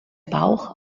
bauch